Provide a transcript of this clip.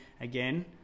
again